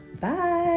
Bye